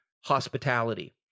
hospitality